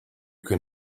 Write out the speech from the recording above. can